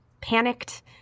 panicked